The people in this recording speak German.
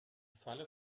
falle